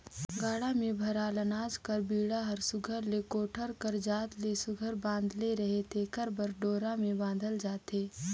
गाड़ा मे भराल अनाज कर बीड़ा हर सुग्घर ले कोठार कर जात ले सुघर बंधाले रहें तेकर बर डोरा मे बाधल जाथे